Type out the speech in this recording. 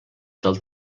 del